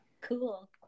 Cool